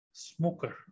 smoker